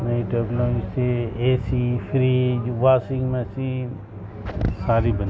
نئی ٹیکنلوئی سے A C fridge washing machine ساری بن